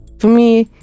for me,